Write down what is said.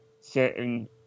certain